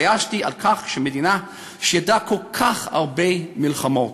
התביישתי על כך שמדינה שידעה כל כך הרבה מלחמות,